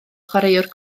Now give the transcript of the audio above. chwaraewr